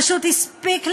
פשוט הספיק לנו.